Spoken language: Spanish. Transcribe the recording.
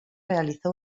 realizó